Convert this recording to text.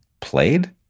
played